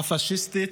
הפשיסטית.